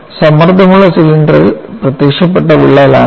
സമ്മർദ്ദം ഉള്ള സിലിണ്ടറിൽ പ്രത്യക്ഷപ്പെട്ട വിള്ളലാണിത്